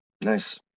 Nice